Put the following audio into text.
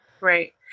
Right